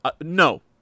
No